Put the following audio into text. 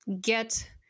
get